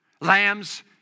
lambs